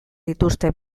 dituzte